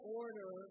order